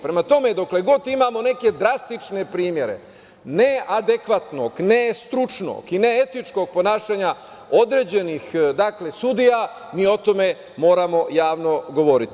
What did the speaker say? Prema tome, dokle god imamo neke drastične primere neadekvatnog, nestručnog i neetičkog ponašanja određenih sudija mi o tome moramo javno govoriti.